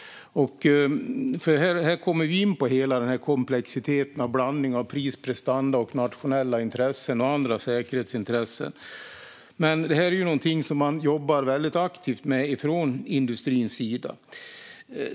Här kommer vi in på hela komplexiteten med en blandning av pris, prestanda, nationella intressen och andra säkerhetsintressen. Det här är dock någonting som man jobbar väldigt aktivt med från industrins sida.